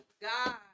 God